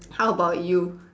how about you